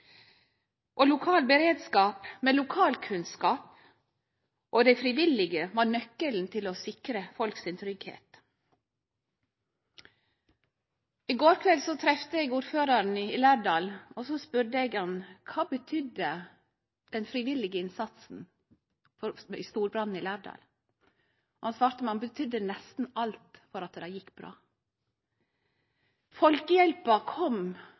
og lokal beredskap med lokalkunnskap og dei frivillige var nøkkelen til å sikre tryggheita til folk. I går kveld trefte eg ordføraren i Lærdal og spurde han: Kva betydde den frivillige innsatsen for storbrannen i Lærdal? Han svarte at han betydde nesten alt for at det gjekk bra. Folkehjelpa kom